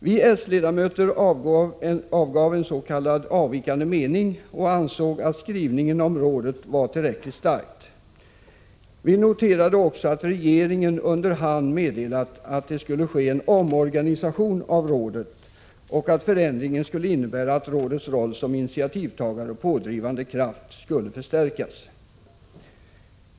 Vi s-ledamöter avgav en s.k. avvikande mening och ansåg att skrivningen om rådet var tillräckligt stark. Vi noterade också att regeringen under hand meddelat, att det skulle ske en omorganisation av rådet och att förändringen skulle innebära att rådets roll som initiativtagare och pådrivande kraft skulle förstärkas.